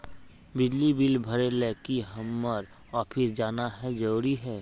बिजली बिल भरे ले की हम्मर ऑफिस जाना है जरूरी है?